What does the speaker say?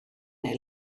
neu